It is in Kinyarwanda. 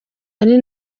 ari